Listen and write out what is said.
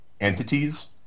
entities